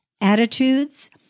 attitudes